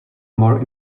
more